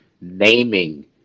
Naming